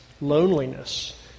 loneliness